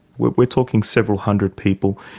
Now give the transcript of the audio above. we're we're talking several hundred people,